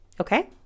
Okay